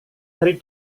hari